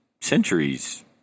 centuries